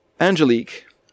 Angelique